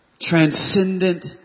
Transcendent